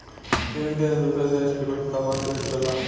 एक देस दूसरे देस के कुछ समान बेचला